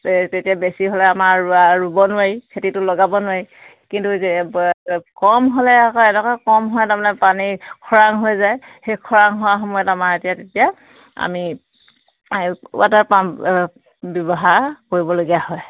তেতিয়া বেছি হ'লে আমাৰ ৰুৱা ৰুব নোৱাৰি খেতিটো লগাব নোৱাৰি কিন্তু কম হ'লে আকৌ এনেকুৱা কম হয় তাৰমানে পানী খৰাং হৈ যায় সেই খৰাং হোৱাৰ সময়ত আমাৰ এতিয়া তেতিয়া আমি ৱাটাৰ পাম্প ব্যৱহাৰ কৰিবলগীয়া হয়